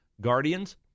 Guardians